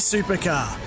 Supercar